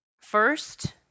first